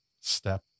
Step